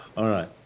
alright.